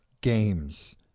games